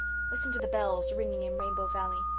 listen to the bells ringing in rainbow valley!